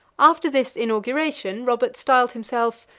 after this inauguration, robert styled himself,